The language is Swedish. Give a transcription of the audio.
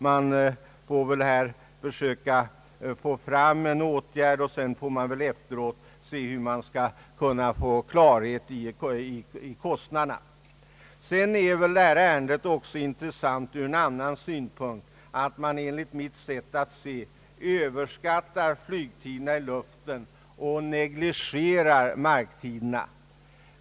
Man bör försöka vidtaga någon åtgärd och därefter bringa klarhet i kostnadsfrågan. Detta ärende är intressant också ur en annan synpunkt, nämligen att man enligt min mening överskattar flygtiderna i luften och negligerar marktiderna.